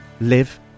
live